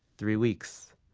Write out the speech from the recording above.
three weeks.